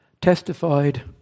testified